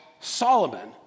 Solomon